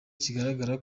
kigaragara